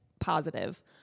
positive